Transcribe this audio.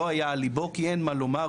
לא היה על ליבו כי אין מה לומר,